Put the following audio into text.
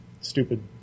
stupid